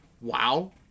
Wow